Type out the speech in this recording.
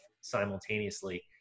simultaneously